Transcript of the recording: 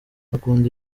akunda